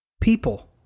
people